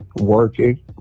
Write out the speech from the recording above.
Working